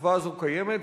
השכבה הזאת קיימת,